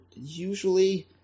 usually